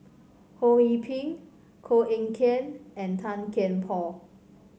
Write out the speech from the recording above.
Ho Yee Ping Koh Eng Kian and Tan Kian Por